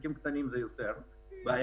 בעסקים קטנים זה יותר בעייתי,